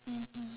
mmhmm